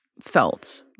felt